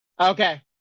Okay